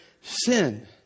sin